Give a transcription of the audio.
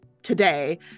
today